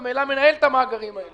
ממילא הוא מנהל את מאגרים האלה,